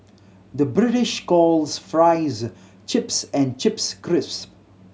the British calls fries chips and chips crisps